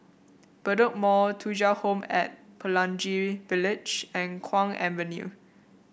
Bedok Mall Thuja Home At Pelangi Village and Kwong Avenue